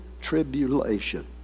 tribulation